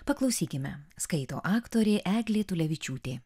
paklausykime skaito aktorė eglė tulevičiūtė